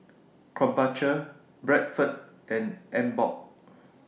Krombacher Bradford and Emborg